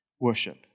worship